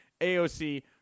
AOC